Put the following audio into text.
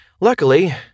Luckily